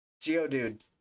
Geodude